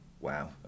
Wow